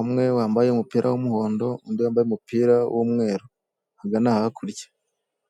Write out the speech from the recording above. umwe wambaye umupira w'umuhondo, undi wambaye umupira w'umweru ahagana hakurya.